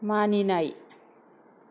मानिनाय